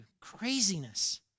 Craziness